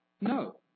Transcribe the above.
No